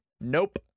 Nope